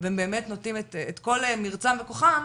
והם באמת נותנים את כל מרצם וכוחם,